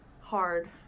Hard